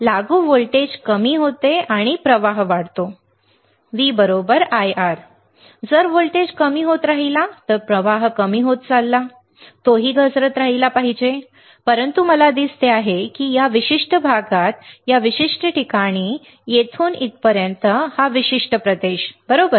लागू व्होल्टेज कमी होते तर प्रवाह वाढते V बरोबर IR जर व्होल्टेज कमी होत राहिला तर प्रवाह कमी होत चालला आहे तोही घसरत राहिला पाहिजे परंतु मला दिसते ते आहे की या विशिष्ट प्रदेशात या विशिष्ट ठिकाणी येथून इथपर्यंत हा विशिष्ट प्रदेश बरोबर